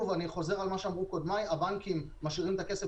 אני חוזר שוב על מה שאמרו קודמיי הבנקים משאירים את הכסף